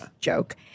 joke